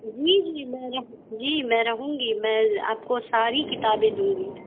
جی جی میں رہوں جی میں رہوں گی میں آپ کو ساری کتابیں دوں گی